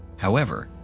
however,